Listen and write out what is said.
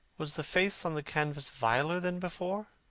was the face on the canvas viler than before?